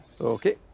okay